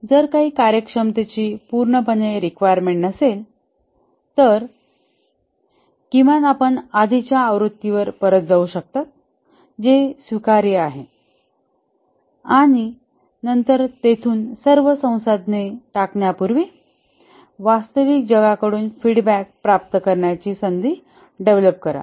जर काही कार्यक्षमतेची पूर्णपणे रिक्वायरमेंट्स नसेल तर किमान आपण आधीच्या आवृत्तीवर परत जाऊ शकता जे स्वीकार्य आहे आणि नंतर तेथून सर्व संसाधने टाकण्यापूर्वी वास्तविक जगाकडून फीडबॅक प्राप्त करण्याची संधी डेव्हलप करा